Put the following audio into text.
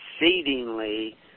exceedingly